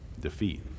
defeat